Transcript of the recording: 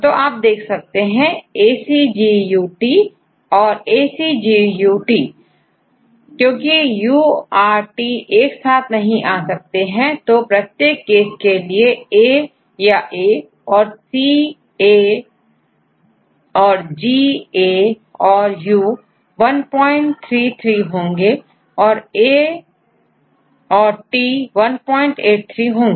तो आप देख सकते हैंACGUT औरACGUT क्योंकि यू आर टी एक साथ नहीं आ सकते तो प्रत्येक केस के लिएA याA औरC A औरG A औरU133 होंगे औरA और T183 होंगे